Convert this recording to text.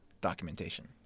documentation